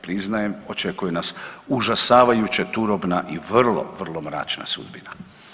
Priznajem, očekuje nas užasavajuće turobna i vrlo, vrlo mračna sudbina.